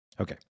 Okay